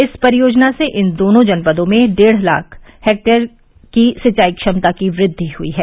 इस परियोजना से इन दोनों जनपदों में डेढ़ लाख हेक्टेयर की सिंचाई क्षमता की वृद्धि हुई है